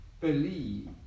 believe